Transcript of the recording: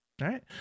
right